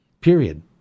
Period